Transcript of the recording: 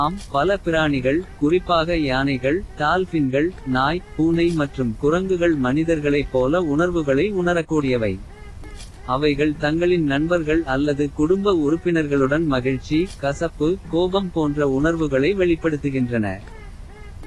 ஆம் பல பிராணிகள் குறிப்பாக யானைகள். டால் பின்கள் நாய் பூனை மற்றும் குரங்குகள். மனிதர்களைப் போல உணர்வுகளை உணரக்கூடியவை. அவைகள் தங்களின் நண்பர்கள் அல்லது குடும்ப. உறுப்பினர்களுடன் மகிழ்ச்சி கசப்பு கோபம் போன்ற. உணர்வுகளை வெளிப்படுத்துகின்றன